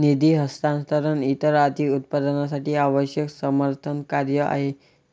निधी हस्तांतरण इतर आर्थिक उत्पादनांसाठी आवश्यक समर्थन कार्य आहे